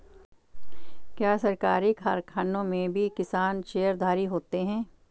क्या सरकारी कारखानों में भी किसान शेयरधारी होते हैं?